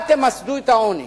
אל תמסדו את העוני.